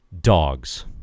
Dogs